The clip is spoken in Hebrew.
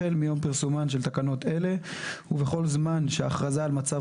החל מיום פרסומן של תקנות אלה ובכל זמן שההכרזה על מצב